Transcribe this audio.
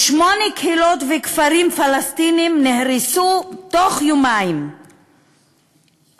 בשמונה קהילות וכפרים פלסטיניים נהרסו בתוך יומיים וחובלו,